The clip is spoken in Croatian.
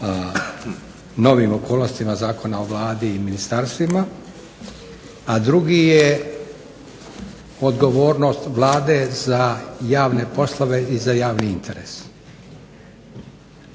novim okolnostima Zakona o Vladi i ministarstvima. A drugi je odgovornost Vlade za javne poslove i za javni interes.